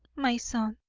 my son,